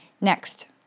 Next